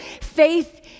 faith